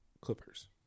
Clippers